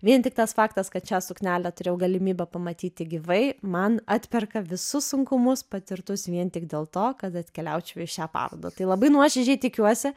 vien tik tas faktas kad šią suknelę turėjau galimybę pamatyti gyvai man atperka visus sunkumus patirtus vien tik dėl to kad atkeliaučiau į šią parodą tai labai nuoširdžiai tikiuosi